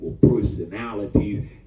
personalities